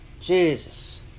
Jesus